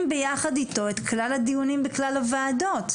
ביחד איתו את כלל הדיונים בכלל הוועדות.